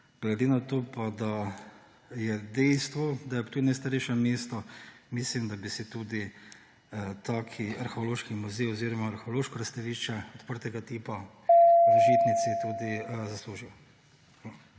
Glede na to, da je pa dejstvo, da je tudi najstarejše mesto, mislim, da bi si tudi takšen arheološki muzej oziroma arheološko razstavišče odprtega tipa v žitnici tudi zaslužilo.